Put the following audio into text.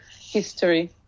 history